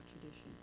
tradition